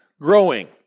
growing